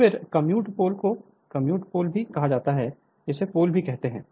फिर commute pole को commute pole भी कहा जाता है जिसे पोल भी कहते हैं